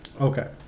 Okay